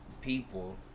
people